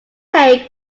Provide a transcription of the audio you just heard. take